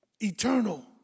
eternal